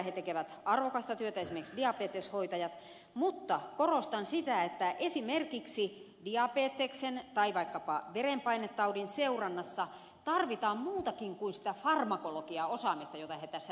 he tekevät arvokasta työtä esimerkiksi diabeteshoitajat mutta korostan sitä että esimerkiksi diabeteksen tai vaikkapa verenpainetaudin seurannassa tarvitaan muutakin kuin sitä farmakologiaosaamista jota he tässä lisäkoulutuksessa saavat